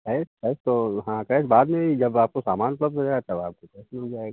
cash cash तो हाँ cash बाद में जब आपको सामान उपलब्ध हो जाए तब आपको कैश मिल जाएगा